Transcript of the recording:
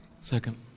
Second